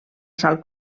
sal